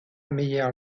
meyer